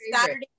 Saturday